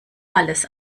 alles